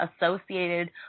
associated